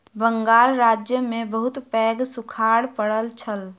बंगाल राज्य में बहुत पैघ सूखाड़ पड़ल छल